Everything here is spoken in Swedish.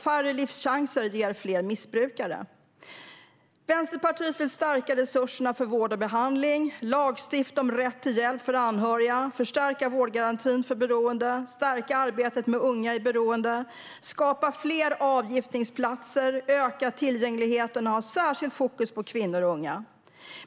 Färre livschanser ger fler missbrukare. Vänsterpartiet vill stärka resurserna för vård och behandling, lagstifta om rätt till hjälp för anhöriga, förstärka vårdgarantin för beroende, stärka arbetet med unga i beroende, skapa fler avgiftningsplatser, öka tillgängligheten och ha särskilt fokus på kvinnor och unga.